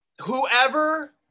whoever